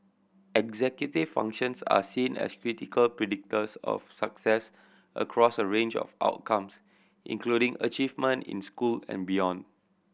executive functions are seen as critical predictors of success across a range of outcomes including achievement in school and beyond